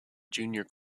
junior